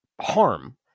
harm